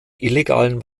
illegalen